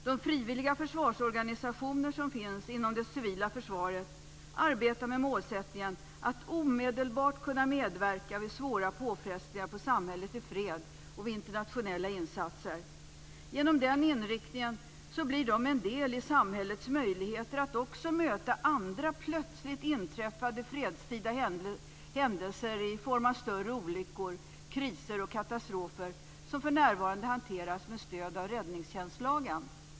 De frivilliga försvarsorganisationer som finns inom det civila försvaret arbetar med målsättningen att omedelbart kunna medverka vid svåra påfrestningar på samhället i fred och vid internationella insatser. Genom den inriktningen blir de en del i samhällets möjligheter att också möta andra plötsligt inträffade fredstida händelser i form av större olyckor, kriser och katastrofer som för närvarande hanteras med stöd av räddningstjänstlagen.